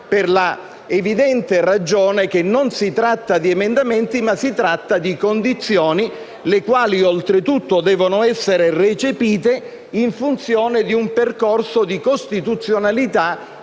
per la evidente ragione che non si tratta di emendamenti, ma di condizioni, le quali oltre tutto devono essere recepite in funzione di un percorso di costituzionalità